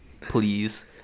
please